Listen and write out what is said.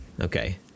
Okay